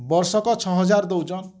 ବର୍ଷକ ଛଅହଜାର୍ ଦଉଛନ୍